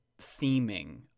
theming